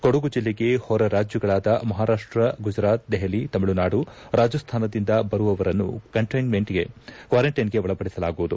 ಕೊಡಗು ಜಿಲ್ಲೆಗೆ ಹೊರರಾಜ್ಯಗಳಾದ ಮಹಾರಾಷ್ಸ ಗುಜರಾತ್ ದೆಹಲಿ ತುಮಿಳುನಾಡು ರಾಜಸ್ತಾನದಿಂದ ಬರುವವರನ್ನು ಕ್ವಾರಂಟ್ಟೆನ್ಗೆ ಒಳಪಡಿಸಲಾಗುವುದು